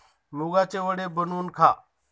मुगाचे वडे बनवून खा